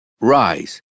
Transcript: Rise